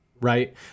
Right